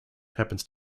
happens